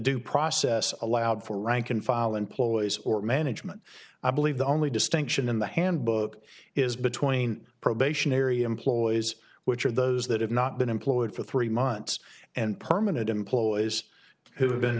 due process allowed for rank and file employees or management i believe the only distinction in the handbook is between probationary employees which are those that have not been employed for three months and permanent employees who have